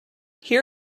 here